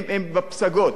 הן בפסגות.